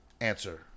answer